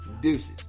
Deuces